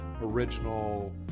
original